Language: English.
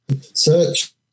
Search